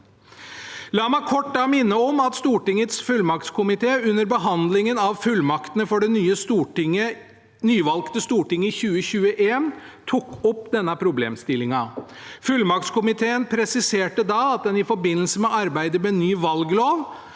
La meg kort minne om at Stortingets fullmaktskomité under behandlingen av fullmaktene for det nyvalgte Stortinget i 2021 tok opp denne problemstillingen. Fullmaktskomiteen presiserte da at en i forbindelse med arbeidet med ny valglov